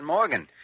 Morgan